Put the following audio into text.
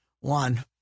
One